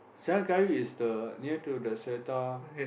Jalan-Kayu is the near to the Seletar